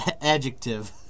adjective